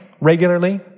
regularly